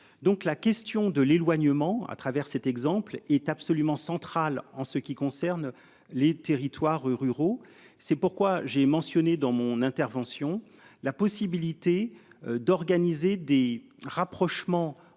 Donc la question de l'éloignement à travers cet exemple est absolument centrale. En ce qui concerne les territoires ruraux. C'est pourquoi j'ai mentionné dans mon intervention la possibilité d'organiser des rapprochements